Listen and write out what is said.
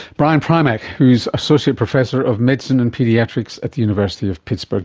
brian primack, who is associate professor of medicine and paediatrics at the university of pittsburgh